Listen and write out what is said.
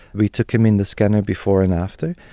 we took him in the scanner before and after.